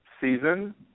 season